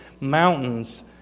mountains